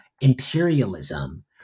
imperialism